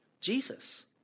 Jesus